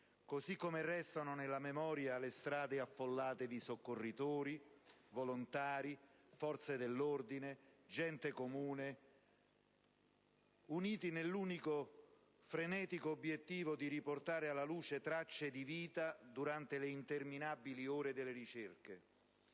così come restano nella memoria le strade affollate di soccorritori, volontari, forze dell'ordine, gente comune, uniti nell'unico, frenetico obiettivo di riportare alla luce tracce di vita durante le interminabili ore delle ricerche.